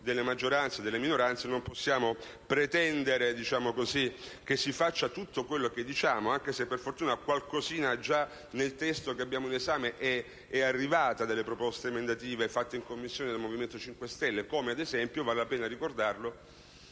delle maggioranze e delle minoranze. Non possiamo pretendere che si faccia tutto quello che diciamo, anche se per fortuna, nel testo che abbiamo in esame, qualcuna delle proposte emendative fatte in Commissione dal Movimento 5 Stelle è stata recepita. Vale la pena - ad